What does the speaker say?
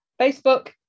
Facebook